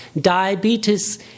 Diabetes